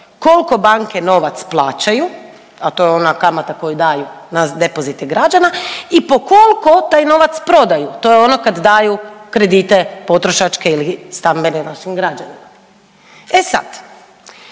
Koliko banke novac plaćaju, a to je ona kamata koju daju na depozite građana i po koliko taj novac prodaju. To je ono kad daju kredite potrošačke ili stambene našim građanima. E sad,